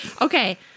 okay